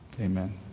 Amen